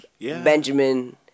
Benjamin